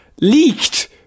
leaked